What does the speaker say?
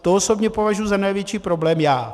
To osobně považuji za největší problém já.